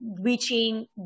reaching